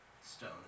stone